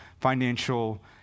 financial